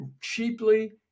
cheaply